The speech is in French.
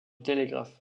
télégraphe